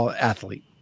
athlete